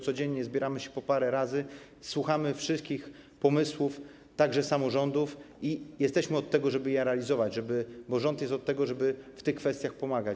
Codziennie zbieramy się po parę razy, słuchamy wszystkich pomysłów, także samorządów, i jesteśmy od tego, żeby je realizować, bo rząd jest od tego, żeby w tych kwestiach pomagać.